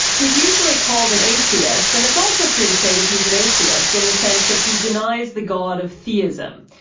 he's usually called an atheist, and it's also true to say that he's an atheist in the sense that he denies the god of theism.